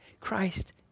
Christ